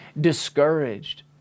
discouraged